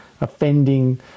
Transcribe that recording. offending